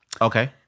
Okay